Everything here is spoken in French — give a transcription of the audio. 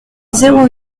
zéro